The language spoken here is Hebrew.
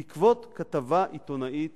בעקבות כתבה עיתונאית